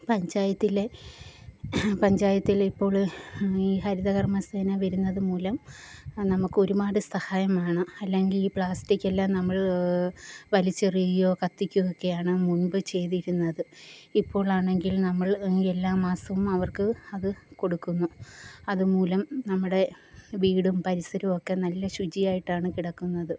പഞ്ചായത്തിലെ പഞ്ചായത്തിൽ ഇപ്പോൾ ഈ ഹരിതകർമ്മസേന വരുന്നതു മൂലം നമുക്കൊരുപാട് സഹായമാണ് അല്ലെങ്കിൽ ഈ പ്ലാസ്റ്റിക്കെല്ലാം നമ്മൾ വലിച്ചെറിയോ കത്തിക്കുകയൊക്കെയോ ആണ് മുൻപു ചെയ്തിരുന്നത് ഇപ്പോളാണെങ്കിൽ നമ്മൾ എല്ലാ മാസവും അവർക്ക് അതു കൊടുക്കുന്നു അതു മൂലം നമ്മുടെ വീടും പരിസരമൊക്കെ നല്ല ശുചിയായിട്ടാണ് കിടക്കുന്നത്